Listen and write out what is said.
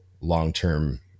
long-term